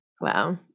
Wow